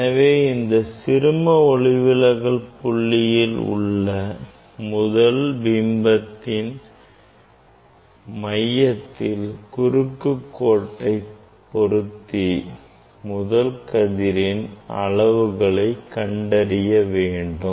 எனவே இந்த சிறும ஒளிவிலகல் புள்ளியில் உள்ள முதல் பிம்பத்தின் மையத்தில் குறுக்குக் கோட்டை பொருத்தி முதல் கதிரின் அளவுகளை கண்டறிய வேண்டும்